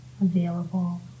available